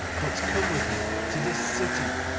but come with me to this city